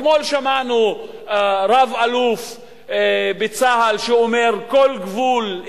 אתמול שמענו רב-אלוף בצה"ל אומר: כל גבול,